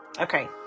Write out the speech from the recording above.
Okay